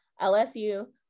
LSU